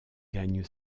gagne